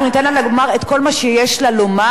אנחנו ניתן לה לומר את כל מה שיש לה לומר,